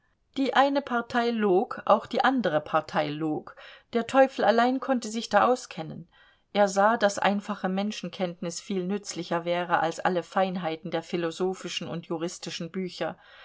die eine partei log auch die andere partei log der teufel allein konnte sich da auskennen er sah daß einfache menschenkenntnis viel nützlicher wäre als alle feinheiten der philosophischen und juristischen bücher